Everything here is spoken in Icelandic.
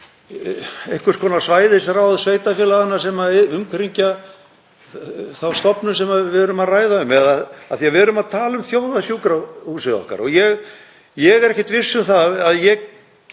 einhvers konar svæðisráði sveitarfélaganna sem umkringja þá stofnun sem við erum að ræða um. Af því að við erum að tala um þjóðarsjúkrahúsið okkar þá er ég ekkert viss um að ég